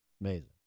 Amazing